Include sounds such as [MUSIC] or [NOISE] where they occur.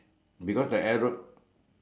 [LAUGHS]